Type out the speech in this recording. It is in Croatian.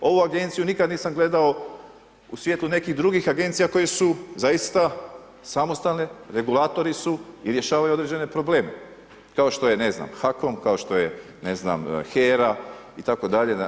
Ovu agenciju nikada nisam gledao u svijetu nekih drugih agencija, koje su zaista samostalne, regulatori su i rješavaju određene probleme, kao što je ne znam, HAKOM, kao što je, ne znam HERA, itd.